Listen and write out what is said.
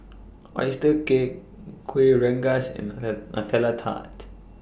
Oyster Cake Kuih Rengas and Nutella Tart